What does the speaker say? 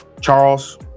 Charles